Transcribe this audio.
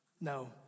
No